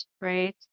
right